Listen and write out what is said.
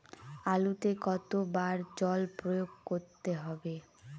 আলুতে কতো বার জল প্রয়োগ করতে হবে?